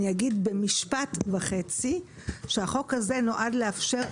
אני אגיד במשפט וחצי שהחוק הזה נועד לאפשר חיים,